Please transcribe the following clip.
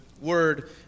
word